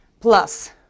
plus